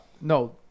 No